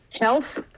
health